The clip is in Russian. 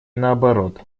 наоборот